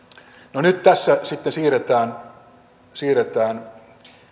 no nyt tässä sitten siirretään siirretään